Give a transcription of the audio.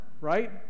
right